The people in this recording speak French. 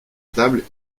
table